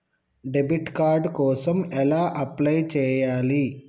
Debit card కోసం ఎలా apply చేయాలి?